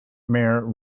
mayor